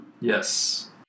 Yes